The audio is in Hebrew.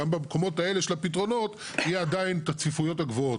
גם במקומות האלה של הפתרונות יהיה עדיין את הצפיפויות הגבוהות.